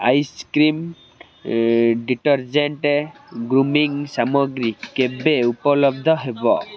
ice cream detergent grooming ସାମଗ୍ରୀ କେବେ ଉପଲବ୍ଧ ହେବ